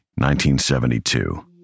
1972